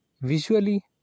Visually